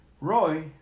Roy